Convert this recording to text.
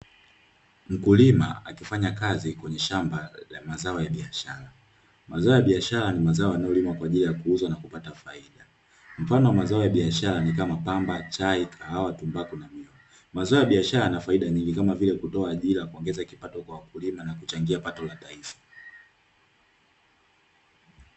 Mkulima akifanya kazi kwenye shamba la mazao ya biashara. Mazao ya biashara ni mazao yanayolimwa kwa ajili ya kuuzwa na kupata faida. Mfano wa mazao ya biashara ni kama; pamba, chai, kahawa, tumbaku, na mioyo. Mazao ya biashara yana faida nyingi, kama vile:kutoa ajira, kuongeza kipato kwa wakulima, na kuchangia pato la taifa.